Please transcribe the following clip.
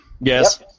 Yes